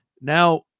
Now